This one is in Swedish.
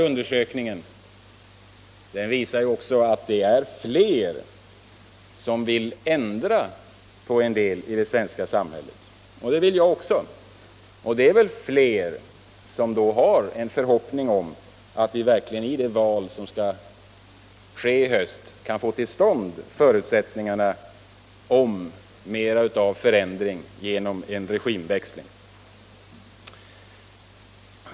Undersökningen visar också att det är fler som vill ändra på en del i det svenska samhället. Det vill också jag, och det är väl fler som då har en förhoppning om att vi verkligen i det val som skall ske i höst kan få förutsättningar för en förändring genom en regimväxling.